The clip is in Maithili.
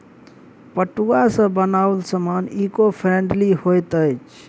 पटुआ सॅ बनाओल सामान ईको फ्रेंडली होइत अछि